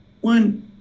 One